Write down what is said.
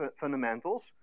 fundamentals